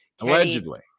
Allegedly